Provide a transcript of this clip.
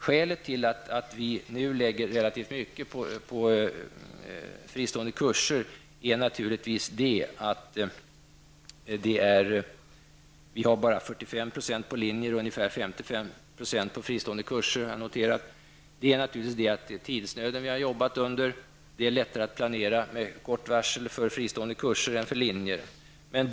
Skälet till att vi nu satsar relativt mycket på fristående kurser -- vår fördelning innebär bara 45 % till linjer och ungefär 55 % till fristående kurser -- är den tidsnöd vi har jobbat under, dvs. att det med kort varsel är lättare att planera för fristående kurser än för linjer.